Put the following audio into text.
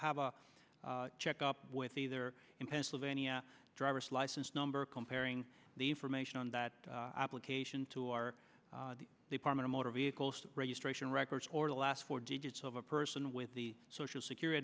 a check up with either in pennsylvania driver's license number comparing the information on that application to our department of motor vehicles registration records or the last four digits of a person with the social security